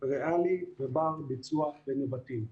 ריאלי ובר ביצוע בנבטים.